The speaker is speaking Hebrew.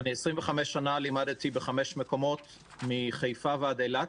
שנה לימדתי בחמש מקומות מחיפה ועד אילת.